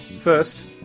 First